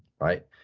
right